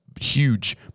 huge